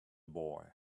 boy